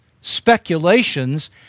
speculations